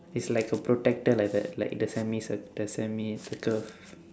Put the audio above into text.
it's like a protector like that like the semicir~ the semicircle